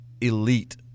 elite